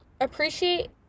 appreciate